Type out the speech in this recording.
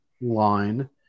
line